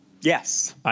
Yes